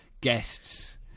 guests